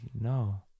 no